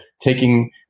taking